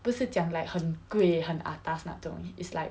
不是讲 like 很贵很 atas 那种 it's like